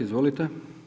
Izvolite.